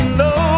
no